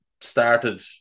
started